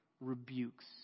rebukes